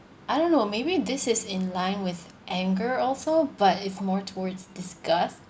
I don't know maybe this is in line with anger also but it's more towards disgusts